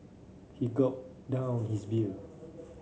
he gulped down his beer